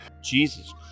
Jesus